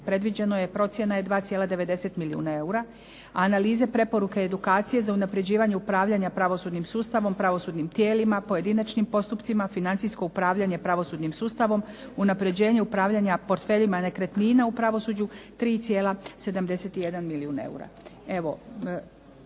predviđeno je procjena je 2,90 milijuna eura. A analize preporuke i edukacije za unapređivanje upravljanja pravosudnim sustavom, pravosudnim tijelima, pojedinačnim postupcima, financijsko upravljanje pravosudnim sustavom, unapređenje upravljanja portfeljima nekretnina u pravosuđu 3,71 milijun eura.